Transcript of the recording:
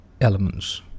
elements